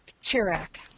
Chirac